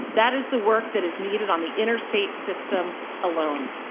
that is the work that is ne eded on the interstate system alone.